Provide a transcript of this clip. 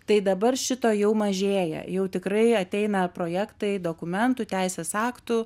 tai dabar šito jau mažėja jau tikrai ateina projektai dokumentų teisės aktų